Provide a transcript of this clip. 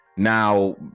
Now